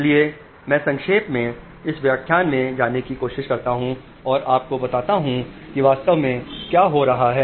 इसलिए मैं संक्षेप में इस व्याख्यान में जाने की कोशिश करता हूं और आपको बताता हूं कि वास्तव में क्या हो रहा है